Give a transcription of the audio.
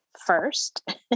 first